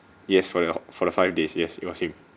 yes for the for the five days yes it was him